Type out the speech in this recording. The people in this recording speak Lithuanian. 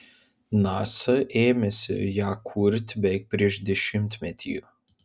nasa ėmėsi ją kurti beveik prieš dešimtmetį